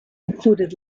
included